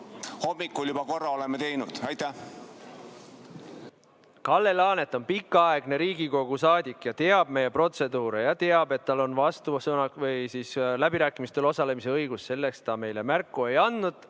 hommikul juba korra tegime. Kalle Laanet on pikaaegne Riigikogu saadik ja teab meie protseduuri. Ta teab, et tal on läbirääkimistel osalemise õigus. Sellest ta meile märku ei andnud.